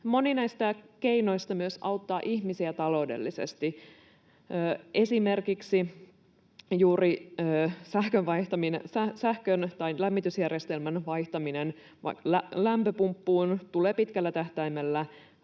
moni näistä keinoista myös auttaa ihmisiä taloudellisesti. Esimerkiksi juuri lämmitysjärjestelmän vaihtaminen lämpöpumppuun tulee pitkällä tähtäimellä